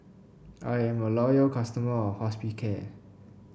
I am a loyal customer of Hospicare